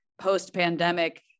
post-pandemic